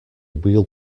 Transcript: we’ll